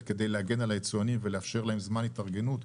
כדי להגן על היצואנים ולאפשר להם זמן התארגנות.